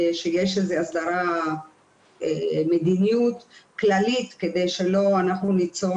שיש איזו הסדרת מדיניות כללית כדי שלא ניצור